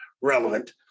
relevant